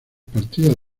partidas